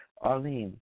Arlene